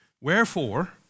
wherefore